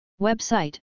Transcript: Website